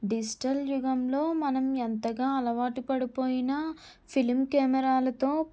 digital యుగంలో మనం ఎంతగా అలవాటు పడిపోయినా ఫిలిం కెమెరాలతో